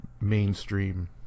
mainstream